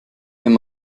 wenn